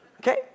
Okay